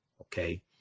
okay